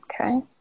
Okay